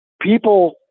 People